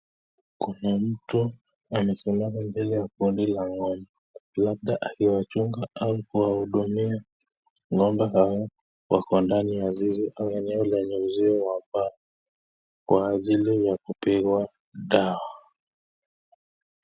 Kuna mtu amesimama mbele ya kundi la ng'ombe labda akiwachunga au kuwahudumia ng'ombe hawa wako ndani ya zizi katika au eneo la uzuizi kwa ajili ya kupigwa dawa.